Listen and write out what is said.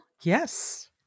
Yes